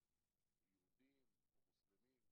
יהודים או מוסלמים,